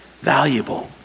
valuable